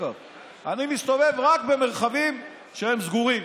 אני משתלב רק במרחבים שהם סגורים.